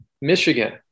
Michigan